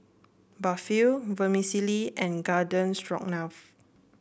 Barfi Vermicelli and Garden Stroganoff